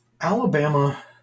Alabama